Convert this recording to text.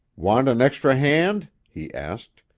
want an extra hand? he asked.